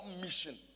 mission